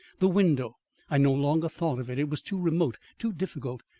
the window i no longer thought of it. it was too remote, too difficult.